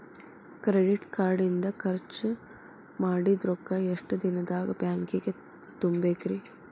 Credit card ಇಂದ್ ಖರ್ಚ್ ಮಾಡಿದ್ ರೊಕ್ಕಾ ಎಷ್ಟ ದಿನದಾಗ್ ಬ್ಯಾಂಕಿಗೆ ತುಂಬೇಕ್ರಿ?